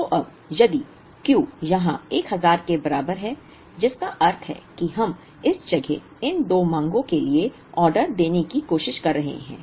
तो अब यदि Q यहां 1000 के बराबर है जिसका अर्थ है कि हम इस जगह इन दो मांगों के लिए ऑर्डर देने की कोशिश कर रहे हैं